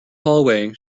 hallway